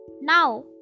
now